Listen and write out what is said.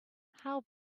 how